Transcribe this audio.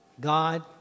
God